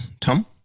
Tom